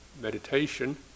meditation